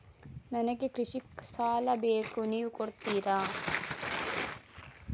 ನನಗೆ ಕೃಷಿ ಸಾಲ ಬೇಕು ನೀವು ಕೊಡ್ತೀರಾ?